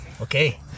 Okay